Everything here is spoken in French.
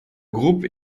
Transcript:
groupe